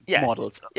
models